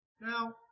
Now